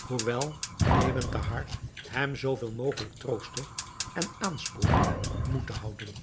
hoewel ebn thahar hem zoo veel mogelijk troostte en aanspoorde moed te houden